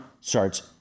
starts